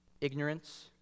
ignorance